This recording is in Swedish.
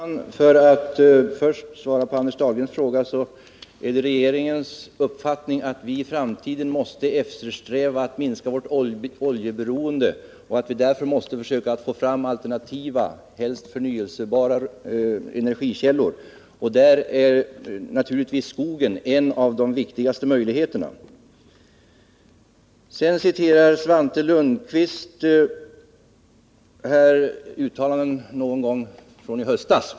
Herr talman! För att först svara på Anders Dahlgrens fråga vill jag säga att det är regeringens uppfattning att vi i framtiden måste eftersträva att minska vårt oljeberoende och att vi därför måste försöka få fram alternativa, helst förnyelsebara energikällor. Där är naturligtvis skogen en av de viktigaste möjligheterna. Svante Lundkvist citerade uttalanden som gjorts någon gång i höstas.